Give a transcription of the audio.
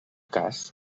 cas